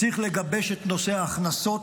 צריך לגבש את נושא ההכנסות,